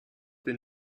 den